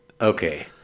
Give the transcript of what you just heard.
Okay